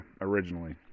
originally